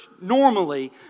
normally